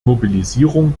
mobilisierung